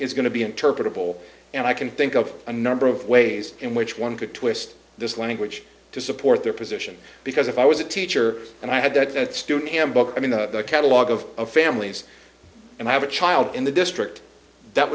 is going to be interpretable and i can think of a number of ways in which one could twist this language to support their position because if i was a teacher and i had that student handbook i mean the catalogue of families and i have a child in the district that